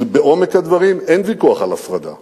כי בעומק הדברים אין ויכוח על הפרדה,